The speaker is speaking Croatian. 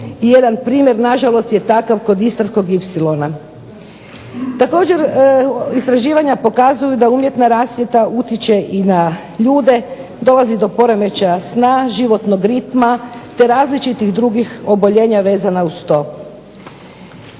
i jedan primjer na žalost je takav kod Istarskog ipsilona. Također istraživanja pokazuju da umjetna rasvjeta utječe i na ljude, dolazi do poremećaja sna, životnog ritma, te različita druga oboljenja vezana uz to.